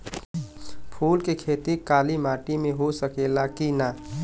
फूल के खेती काली माटी में हो सकेला की ना?